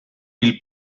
pil